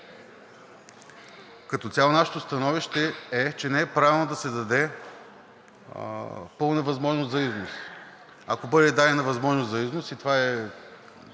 Като цяло нашето становище е, че не е правилно да се даде пълна възможност за износ. Ако бъде дадена възможност за износ, и това е